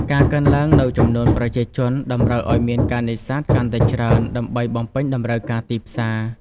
ការកើនឡើងនូវចំនួន ប្រជាជន តម្រូវឱ្យមានការនេសាទកាន់តែច្រើនដើម្បីបំពេញតម្រូវការទីផ្សារ។